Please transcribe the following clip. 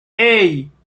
hey